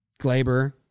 Glaber